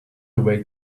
away